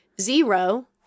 zero